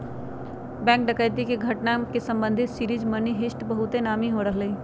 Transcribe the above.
bank डकैती के घटना से संबंधित सीरीज मनी हीस्ट बहुते नामी हो रहल हइ